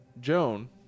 Joan